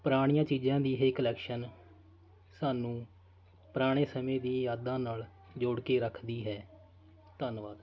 ਪੁਰਾਣੀਆਂ ਚੀਜ਼ਾਂ ਦੀ ਇਹ ਕਲੈਕਸ਼ਨ ਸਾਨੂੰ ਪੁਰਾਣੇ ਸਮੇਂ ਦੀਆਂ ਯਾਦਾਂ ਨਾਲ ਜੋੜ ਕੇ ਰੱਖਦੀ ਹੈ ਧੰਨਵਾਦ